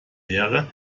wäre